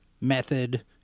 method